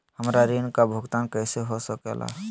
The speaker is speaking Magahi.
हमरा ऋण का भुगतान कैसे हो सके ला?